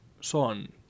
Son